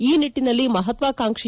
ಈ ನಿಟ್ಟನಲ್ಲಿ ಮಹತ್ವಾಕಾಂಕ್ಷಿ